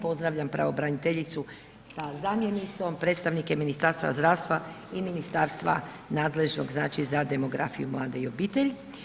Pozdravljam pravobraniteljicu sa zamjenicom, predstavnike Ministarstva zdravstva i Ministarstva nadležnog, znači, za demografiju, mlade i obitelj.